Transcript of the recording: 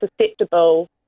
susceptible